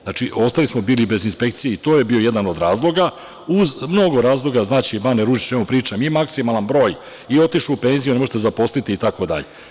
Znači, ostali smo bili bez inspekcije i to je bio jedan od razloga, uz mnogo razloga, znaće i Bane Ružić o čemu pričam, i maksimalan broj, i otišli u penziju, ne može se zaposliti itd.